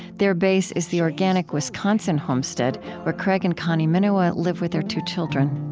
their base is the organic wisconsin homestead where craig and connie minowa live with their two children